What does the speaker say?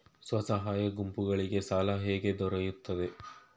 ಸ್ವಸಹಾಯ ಗುಂಪುಗಳಿಗೆ ಸಾಲ ಹೇಗೆ ದೊರೆಯುತ್ತದೆ?